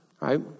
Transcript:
Right